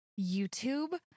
YouTube